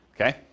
okay